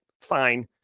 fine